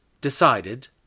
decided